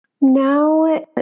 Now